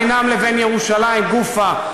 בינם לבין ירושלים גופה,